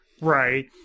Right